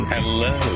Hello